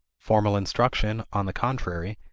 formal instruction, on the contrary,